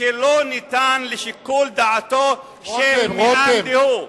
שלא ניתן לשיקול דעתו של מאן דהוא.